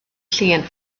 llun